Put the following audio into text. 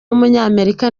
w’umunyamerika